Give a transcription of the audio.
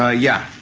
ah yeah.